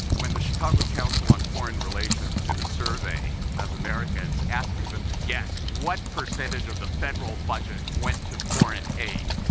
when the chicago council on foreign relations did a survey of americans, asking them to guess what percentage of the federal budget went to foreign aid,